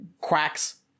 quacks